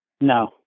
No